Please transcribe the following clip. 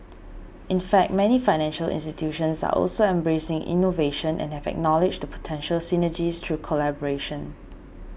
in fact many financial institutions are also embracing innovation and have acknowledged the potential synergies through collaboration